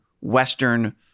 Western